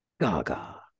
Gaga